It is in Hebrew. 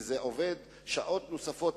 והוא עובד שעות נוספות,